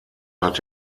hat